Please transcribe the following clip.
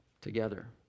together